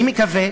אני מקווה